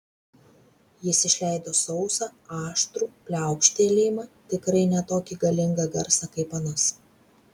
jis išleido sausą aštrų pliaukštelėjimą tikrai ne tokį galingą garsą kaip anas